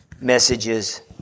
messages